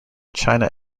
china